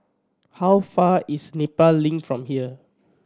how far is Nepal Link from here